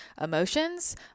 emotions